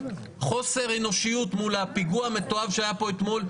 חוסר אנושיות מול הפיגוע המתועב שהיה פה אתמול,